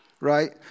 right